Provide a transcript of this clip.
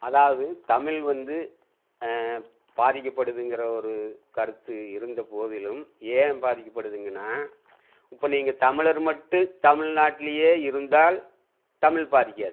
அதாவது தமிழ் வந்து பாதிக்கப்படுதுங்கிற ஒரு கருத்து இருந்த போதிலும் ஏன் பாதிக்கப்படுதுங்கன்னா இப்போ நீங்கள் தமிழர் மட்டும் தமிழ்நாட்டுலேயே இருந்தால் தமிழ் பாதிக்காது